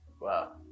Wow